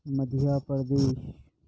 Madhya Pradesh